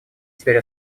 теперь